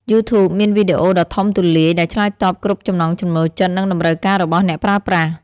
យូធូបមានវីដេអូដ៏ធំទូលាយ ដែលឆ្លើយតបគ្រប់ចំណង់ចំណូលចិត្ត និងតម្រូវការរបស់អ្នកប្រើប្រាស់។